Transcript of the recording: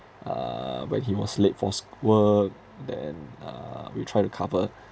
uh when he was late for s~ work then uh we try to cover